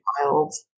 files